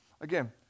Again